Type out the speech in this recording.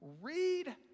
read